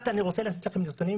אני רוצה לתת קצת נתונים,